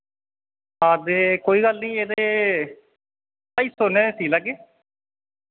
हां ते कोई गल्ल नि एह्दे ढ़ाई सौ नै सी लैगे